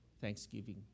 Thanksgiving